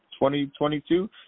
2022